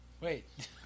wait